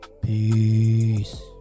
Peace